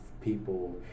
people